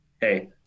hey